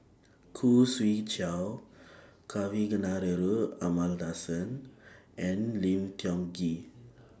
Khoo Swee Chiow Kavignareru Amallathasan and Lim Tiong Ghee